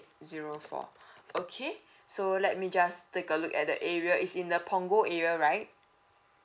zero four okay so let me just take a look at the area is in the punggol area right